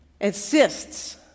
insists